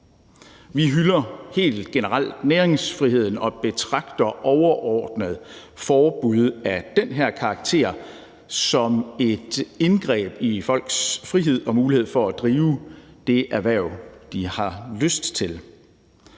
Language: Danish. Vi hylder helt generelt næringsfriheden og betragter overordnet forbud af den her karakter som et indgreb i folks frihed og mulighed for at drive det erhverv, de har lyst til.